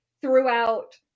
throughout